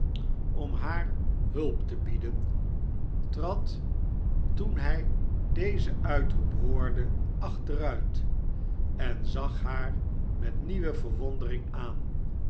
om haar hulp te bieden trad toen hij dezen uitroep hoorde achteruit en zag haar met nieuwe verwondering aan